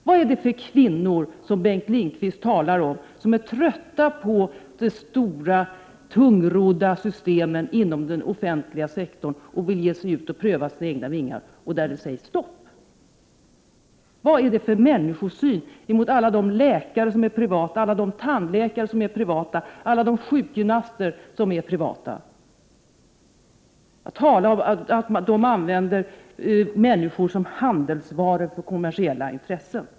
Vad är det för kvinnor som Bengt Lindqvist talar om, som är trötta på de stora, tungrodda systemen inom den offentliga sektorn, som vill ge sig ut och pröva sina egna vingar, men som stoppas? Vad är det för människosyn, gentemot alla de läkare, tandläkare och sjukgymnaster som arbetar privat? Att tala om att de använder människor som handelsvaror för kommersiella intressen!